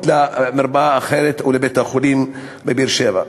למרפאה אחרת או לבית-החולים בבאר-שבע.